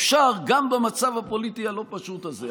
אפשר גם במצב הפוליטי הלא-פשוט הזה.